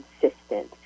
consistent